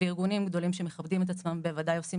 וארגונים גדולים שמכבדים את עצמם בוודאי עושים